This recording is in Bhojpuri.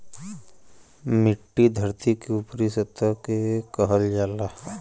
मट्टी धरती के ऊपरी सतह के कहल जाला